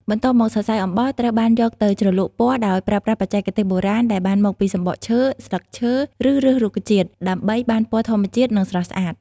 បន្ទាប់មក សរសៃអំបោះត្រូវបានយកទៅ ជ្រលក់ពណ៌ ដោយប្រើប្រាស់បច្ចេកទេសបុរាណដែលបានមកពីសំបកឈើ ស្លឹកឈើ ឬឫសរុក្ខជាតិ ដើម្បីបានពណ៌ធម្មជាតិ និងស្រស់ស្អាត។